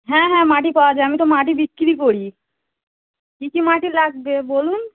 হ্যাঁ হ্যাঁ মাটি পাওয়া যায় আমি তো মাটি বিক্রি করি কী কী মাটি লাগবে বলুন